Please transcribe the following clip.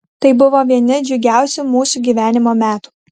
tai buvo vieni džiugiausių mūsų gyvenimo metų